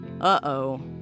Uh-oh